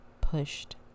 pushed